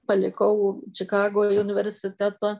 palikau čikagoj universitetą